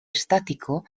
estático